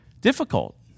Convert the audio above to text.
difficult